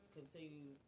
Continue